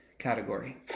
category